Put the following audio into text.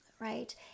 right